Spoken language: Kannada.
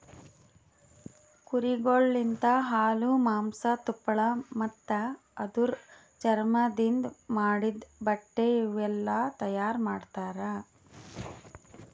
ಕುರಿಗೊಳ್ ಲಿಂತ ಹಾಲು, ಮಾಂಸ, ತುಪ್ಪಳ ಮತ್ತ ಅದುರ್ ಚರ್ಮದಿಂದ್ ಮಾಡಿದ್ದ ಬಟ್ಟೆ ಇವುಯೆಲ್ಲ ತೈಯಾರ್ ಮಾಡ್ತರ